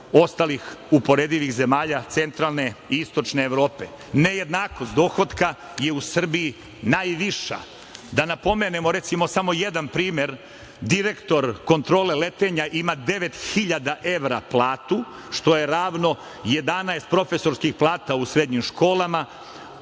ostalih uporedivih zemalja centralne i istočne Evrope. Nejednakost dohotka je u Srbiji najviša. Da napomenemo, recimo, samo jedan primer. Direktor kontrole letenja ima devet hiljada evra platu, što je ravno 11 profesorskih plata u srednjim školama,